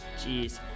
Jeez